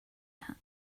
hat